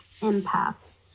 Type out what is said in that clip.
empaths